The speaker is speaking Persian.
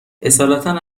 اصالتا